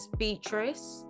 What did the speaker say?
beatrice